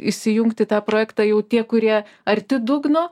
įsijungti į tą projektą jau tie kurie arti dugno